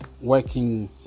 working